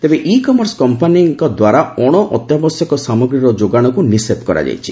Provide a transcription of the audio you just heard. ତେବେ e commerce କମ୍ପାନୀଙ୍କଦ୍ୱାରା ଅଣ ଅତ୍ୟାବଶ୍ୟକ ସାମଗ୍ରୀର ଯୋଗାଣକୁ ନିଷେଧ କରାଯାଇଛି